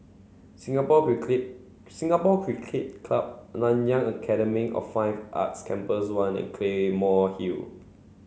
Singapore Cricket Singapore Cricket Club Nanyang Academy of Fine Arts Campus One and Claymore Hill